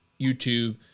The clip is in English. YouTube